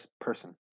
person